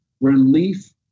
relief